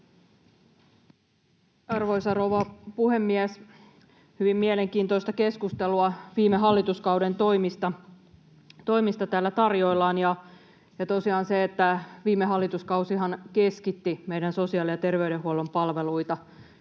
Arvoisa rouva puhemies! Hyvin mielenkiintoista keskustelua viime hallituskauden toimista täällä tarjoillaan, ja tosiaan viime hallituskausihan keskitti meidän sosiaali- ja terveydenhuollon palveluita.